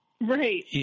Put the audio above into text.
Right